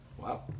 Wow